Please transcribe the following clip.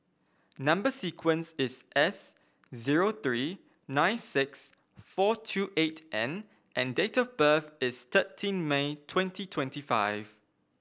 number sequence is S zero three nine six four two eight N and date of birth is thirteen May twenty twenty five